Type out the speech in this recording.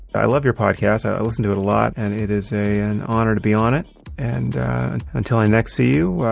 i love your podcast. i listen to it a lot and it is an honor to be on it and until i next see you,